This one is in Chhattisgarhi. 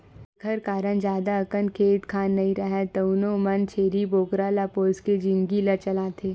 जेखर करन जादा अकन खेत खार नइ राहय तउनो मन छेरी बोकरा ल पोसके जिनगी ल चलाथे